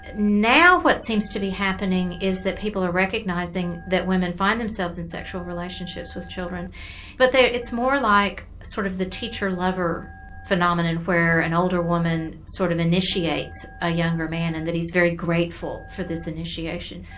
and now what seems to be happening is that people are recognising that women find themselves in sexual relationships with children but it's more like sort of the teacher-lover phenomenon, where an older woman sort of initiates a younger man and that he's very grateful for this initiation.